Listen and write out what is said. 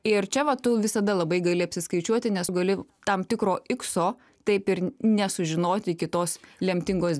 ir čia va tu visada labai gali apsiskaičiuoti nes tu gali tam tikro ikso taip ir nesužinoti iki tos lemtingos